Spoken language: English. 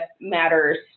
matters